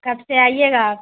کب سے آئیے گا آپ